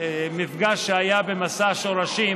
המפגש שהיה במסע שורשים,